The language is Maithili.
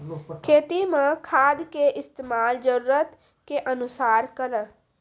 खेती मे खाद के इस्तेमाल जरूरत के अनुसार करऽ